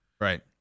Right